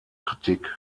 kritik